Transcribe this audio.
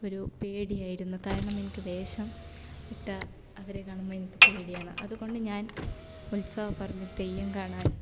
ഒരു പേടിയായിരുന്നു കാരണം എനിക്ക് വേഷം ഇട്ട അവരെ കാണുമ്പോൾ എനിക്ക് പേടിയാണ് അതുകൊണ്ട് ഞാന് ഉത്സവ പറമ്പില് തെയ്യം കാണാന്